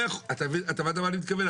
אתה הבנת למה אני מתכוון?